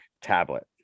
tablet